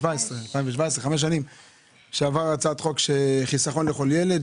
בשנת 2017 עבר חוק חיסכון לכל ילד,